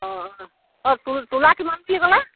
অ অ তো তোলা কিমান বুলি ক'লে